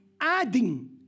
adding